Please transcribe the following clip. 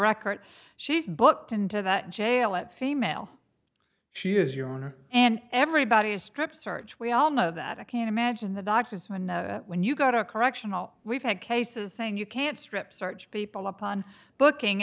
record she's booked into that jail that female she is your owner and everybody is strip search we all know that i can imagine the doctors when when you got a correctional we've had cases saying you can't strip search people upon booking